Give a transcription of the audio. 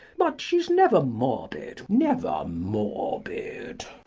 but she's never morbid, never morbid.